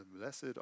blessed